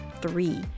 three